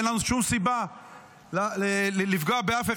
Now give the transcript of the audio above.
אין לנו שום סיבה לפגוע באף אחד,